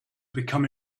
become